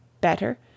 better